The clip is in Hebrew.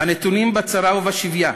הנתונים בצרה ובשביה,